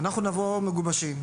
אנחנו נבוא מגובשים,